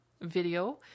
video